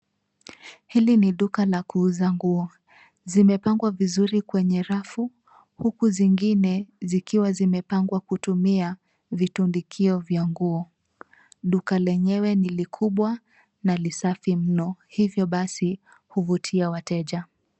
Hili ni duka la kuuza nguo. Zimepangwa vizuri kwenye rafu huku zingine zikiwa zimepangwa kutumia vitundikio vya nguo. Duka lenyewe ni likubwa na lisafi mno, hivyo basi huvutia wateja.